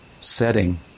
setting